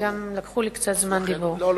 בסדר גמור.